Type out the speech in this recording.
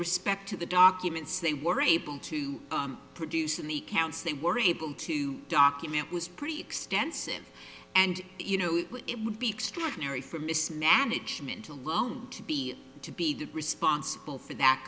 respect to the documents they were able to produce in the counts they were able to document was pretty extensive and you know it would be extraordinary for mismanagement alone to be to be responsible for that